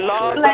Lord